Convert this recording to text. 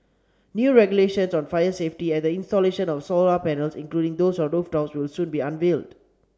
new regulations on fire safety and the installation of solar panels including those on rooftops will soon be unveiled